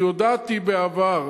כי הודעתי בעבר,